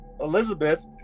Elizabeth